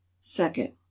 second